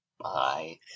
Bye